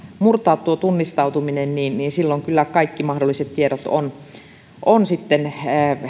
murtaa tuo tunnistautuminen niin niin silloin kyllä kaikki mahdolliset tiedot ovat sitten